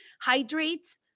hydrates